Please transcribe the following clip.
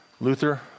Luther